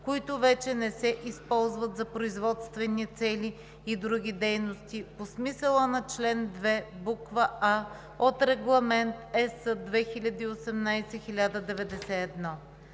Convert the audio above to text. които вече не се използват за производствени цели, и други дейности по смисъла на чл. 2, буква „а“ от Регламент (ЕС) 2018/1091.